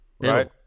right